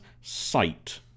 sight